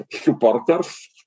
supporters